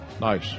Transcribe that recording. Nice